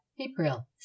April